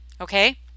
okay